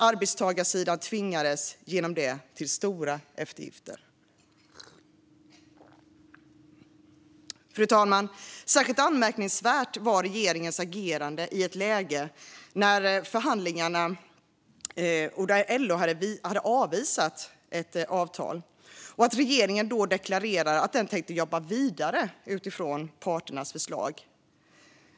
Arbetstagarsidan tvingades genom det till stora eftergifter. Fru talman! Särskilt anmärkningsvärt var regeringens agerande i ett läge i förhandlingarna där LO hade avvisat ett avtal och regeringen deklarerade att den tänkte jobba vidare utifrån parternas förslag.